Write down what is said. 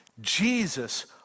Jesus